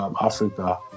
Africa